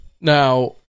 Now